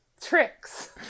tricks